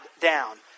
down